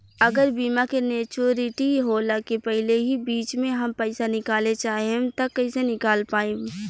अगर बीमा के मेचूरिटि होला के पहिले ही बीच मे हम पईसा निकाले चाहेम त कइसे निकाल पायेम?